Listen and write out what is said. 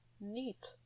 neat